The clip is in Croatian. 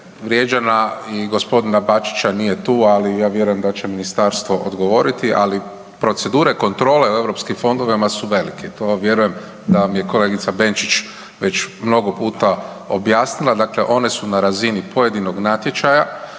vrijeđanja i g. Bačića nije tu, ali ja vjerujem da će ministarstvo odgovoriti, ali procedure kontrole u eu fondovima su velike, to vjerujem da vam je kolegica Benčić već mnogo puta objasnila, dakle one su na razini pojedinog natječaja,